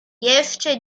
jeszcze